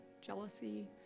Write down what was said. jealousy